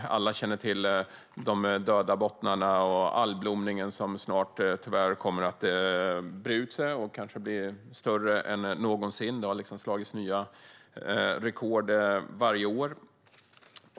Alla känner till de döda bottnarna och algblomningen som snart tyvärr kommer att breda ut sig, kanske mer än någonsin. Det har slagits nya rekord varje år.